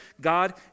God